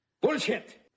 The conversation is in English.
bullshit